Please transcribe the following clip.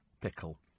Pickle